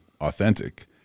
authentic